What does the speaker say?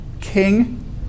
King